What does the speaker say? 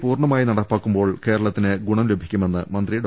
പൂർണമായും നടപ്പാക്കുമ്പോൾ കേരളത്തിന് ഗുണം ലഭി ക്കുമെന്ന് മന്ത്രി ഡോ